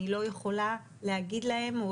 אני לא יכולה להגיד להם.